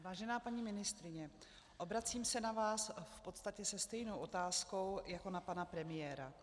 Vážená paní ministryně, obracím se na vás v podstatě se stejnou otázkou jako na pana premiéra.